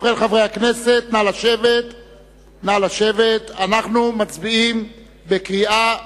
אנחנו מצביעים בקריאה ראשונה,